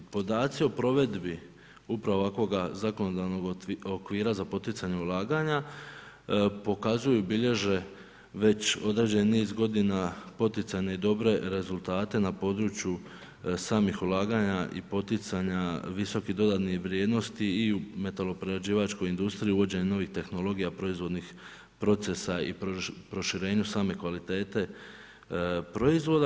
Podaci o provedbi upravo ovakvog zakonodavnog okvira za poticanje ulaganja pokazuju i bilježe već određeni niz godina poticajne i dobre rezultate na području samih ulaganja i poticanja visokih dodanih vrijednosti i u metalo-prerađivačkoj industriji uvođenjem novih tehnologija proizvodnih procesa i proširenju same kvalitete proizvoda.